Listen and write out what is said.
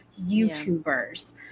YouTubers